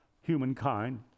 humankind